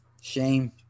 Shame